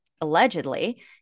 allegedly